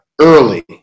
early